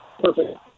perfect